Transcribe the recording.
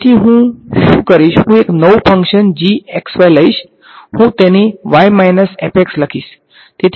તેથી હું શું કરીશ હું એક નવું ફંક્શન લઈશ અને હું તેને લખીશ